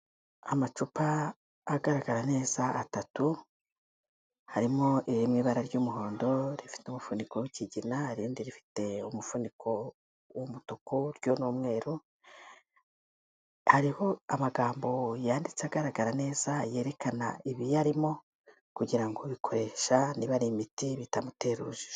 Amacupa agaragara neza atatu, harimo iriri mu ibara ry'umuhondo, rifite umufuniko w'ikigina, irindi rifite umufuniko w'umutuku, ryo ni umweru, hariho amagambo yanditse agaragara neza yerekana ibiyarimo kugira ngo ubikoresha niba ari imiti bitamutera urujijo.